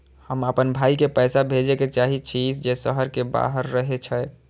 हम आपन भाई के पैसा भेजे के चाहि छी जे शहर के बाहर रहे छै